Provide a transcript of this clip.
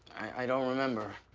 i don't remember.